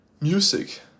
music